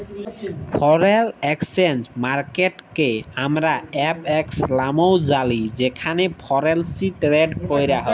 foreign exchange মার্কেটকে আমরা FX লামেও জালি যেখালে ফরেলসি টেরেড ক্যরা হ্যয়